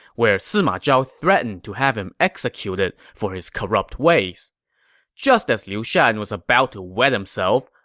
where sima zhao threatened to have him executed for his corrupt ways just as liu shan was about to wet himself,